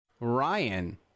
Ryan